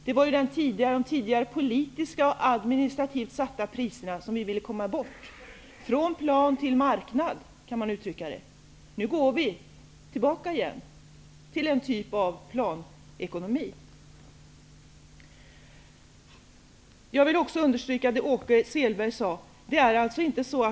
Vi ville komma bort från de tidigare politiskt och administrativt satta priserna. Man kan uttrycka det som ''från plan till marknad''! Nu går vi tillbaka till en typ av planekonomi. Jag vill också understryka det Åke Selberg sade.